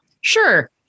Sure